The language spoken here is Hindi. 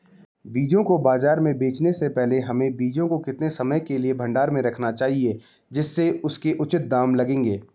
बीजों को बाज़ार में बेचने से पहले हमें बीजों को कितने समय के लिए भंडारण में रखना चाहिए जिससे उसके उचित दाम लगें?